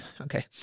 okay